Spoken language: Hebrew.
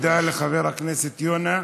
תודה לחבר הכנסת יונה.